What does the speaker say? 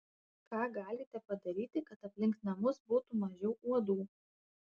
ką galite padaryti kad aplink namus būtų mažiau uodų